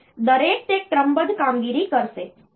તેથી દરેક તે ક્રમબદ્ધ કામગીરી કરશે